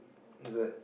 is it